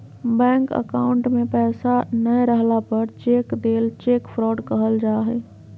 bank account में पैसा नय रहला पर चेक देल चेक फ्रॉड कहल जा हइ